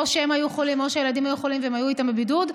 או שהם היו חולים או שהילדים היו חולים והם היו איתם בבידוד,